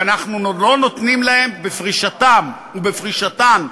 ואנחנו לא נותנים להם בפרישתם ובפרישתן,